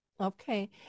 Okay